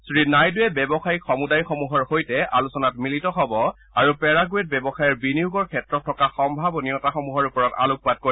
শ্ৰীনাইডুৱে ব্যৱসায়িক সমুদায়সমূহৰ সৈতে আলোচনাত মিলিত হ'ব আৰু পেৰাগুৱেত ব্যৱসায়ৰ বিনিয়োগৰ ক্ষেত্ৰত থকা সম্ভাৱনীয়তাসমূহৰ ওপৰত আলোকপাত কৰিব